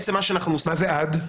מה זה "עד"?